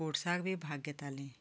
स्पोर्टसांत बी भाग घेतालें